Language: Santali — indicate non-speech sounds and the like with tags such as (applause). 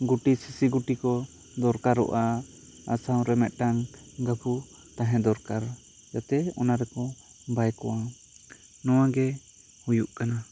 ᱜᱩᱴᱤ ᱥᱤᱥᱤ ᱜᱩᱴᱤ ᱠᱚ ᱫᱚᱨᱠᱟᱨᱚᱜᱼᱟ ᱟᱨ ᱥᱟᱶᱨᱮ ᱢᱤᱫᱴᱟᱝ ᱜᱟᱠᱷᱩ (unintelligible) ᱛᱟᱦᱮᱸ ᱫᱚᱨᱠᱟᱨ ᱡᱟᱛᱮ ᱚᱱᱟ ᱨᱮᱠᱚ ᱵᱟᱭ ᱠᱚᱣᱟ ᱱᱚᱣᱟ ᱜᱮ ᱦᱩᱭᱩᱜ ᱠᱟᱱᱟ